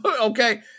Okay